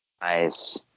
Nice